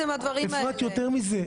יותר מזה.